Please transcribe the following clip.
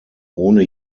ohne